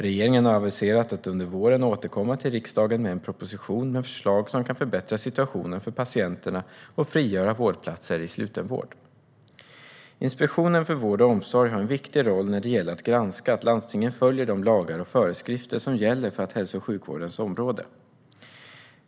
Regeringen har aviserat att under våren återkomma till riksdagen med en proposition med förslag som kan förbättra situationen för patienterna och frigöra vårdplatser i slutenvård. Inspektionen för vård och omsorg har en viktig roll när det gäller att granska att landstingen följer de lagar och föreskrifter som gäller för hälso och sjukvårdens område.